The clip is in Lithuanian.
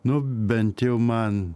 nu bent jau man